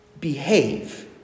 behave